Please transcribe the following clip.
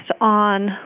on